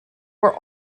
were